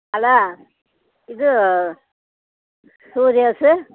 hello ಇದು ಸೂರ್ಯಸ್